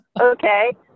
Okay